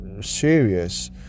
serious